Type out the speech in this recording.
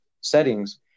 settings